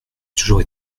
toujours